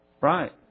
Right